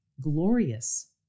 glorious